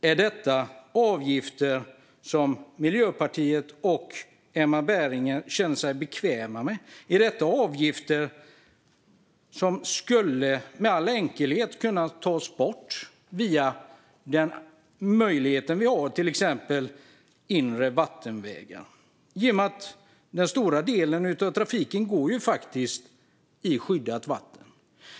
Är det avgifter som Emma Berginger och Miljöpartiet känner sig bekväma med? Är det avgifter som enkelt skulle kunna tas bort via möjligheten med inre vattenvägar? Den stora delen av trafiken går ju i skyddat vatten.